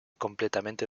completamente